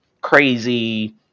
crazy